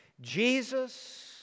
Jesus